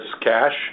cash